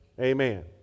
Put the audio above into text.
Amen